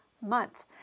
month